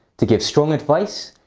to give strong advice,